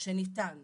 שניתן